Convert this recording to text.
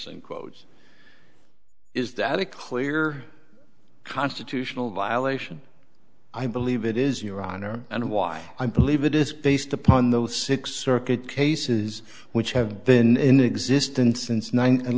some quotes is that a clear constitutional violation i believe it is your honor and why i believe it is based upon those six circuit cases which have been existing since